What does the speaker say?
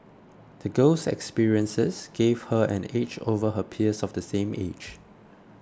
the girl's experiences gave her an edge over her peers of the same age